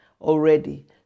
already